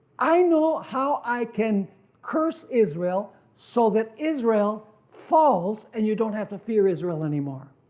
i know how i can curse israel so that israel falls and you don't have to fear israel anymore.